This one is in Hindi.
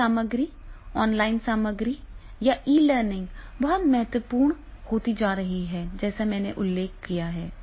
अध्ययन सामग्री ऑनलाइन अध्ययन सामग्री या ई लर्निंग बहुत महत्वपूर्ण होती जा रही है जैसा कि मैंने उल्लेख किया है